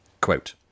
Quote